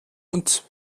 und